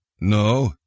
No